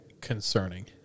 concerning